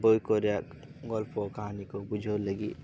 ᱵᱳᱭᱠᱚ ᱨᱮᱭᱟᱜ ᱜᱚᱞᱯᱚ ᱠᱟᱹᱦᱱᱤ ᱠᱚ ᱵᱩᱡᱷᱟᱹᱣ ᱞᱟᱹᱜᱤᱫ